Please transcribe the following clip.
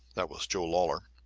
that was joe lawlor,